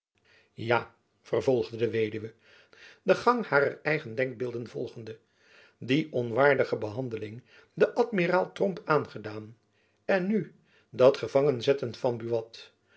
ja vervolgde de weduwe den gang harer eigen denkbeelden volgende die onwaardige behandeling den amiraal tromp aangedaan en nu dat gevangen zetten van buat